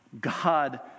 God